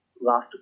last